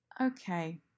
okay